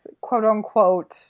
quote-unquote